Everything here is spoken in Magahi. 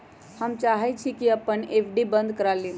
हम चाहई छी कि अपन एफ.डी बंद करा लिउ